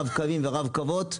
רב קווים ורב קוויות.